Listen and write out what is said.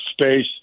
space